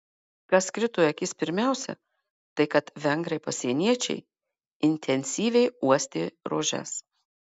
kas krito į akis pirmiausia tai kad vengrai pasieniečiai intensyviai uostė rožes